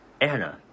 Anna